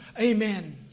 Amen